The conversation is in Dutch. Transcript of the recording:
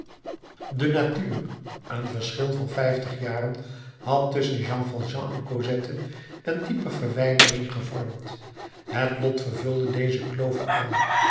de natuur een verschil van vijftig jaren hadden tusschen jean valjean en cosette een diepe verwijdering gevormd het lot vulde deze klove aan